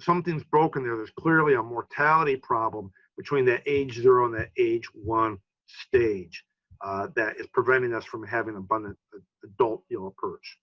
something's broken there. there's clearly a mortality problem between the age zero and the age one stage that is preventing us from having abundant adult yellow perch.